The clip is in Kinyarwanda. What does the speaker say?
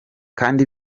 kandi